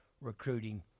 recruiting